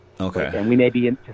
Okay